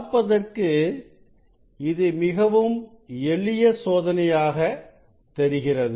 பார்ப்பதற்கு இது மிகவும் எளிய சோதனையாக தெரிகிறது